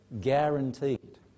Guaranteed